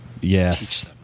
yes